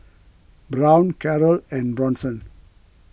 Brown Carroll and Bronson